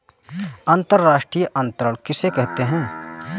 अंतर्राष्ट्रीय अंतरण किसे कहते हैं?